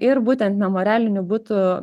ir būtent memorialinių butų